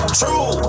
true